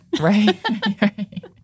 Right